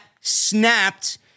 snapped